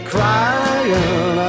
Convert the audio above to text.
Crying